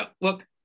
look